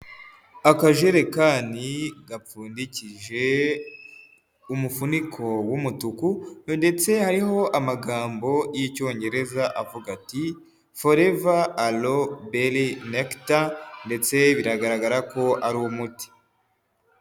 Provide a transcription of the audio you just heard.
Akajerekani gapfundikije umufuniko w'umutuku ndetse hariho amagambo y'icyongereza avuga ati: Forever aloe berry necter ndetse biragaragara ko ari umuti.